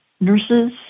nurses